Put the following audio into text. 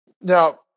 now